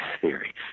theory